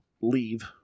leave